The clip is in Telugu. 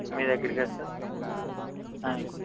మీదగ్గరే కద సార్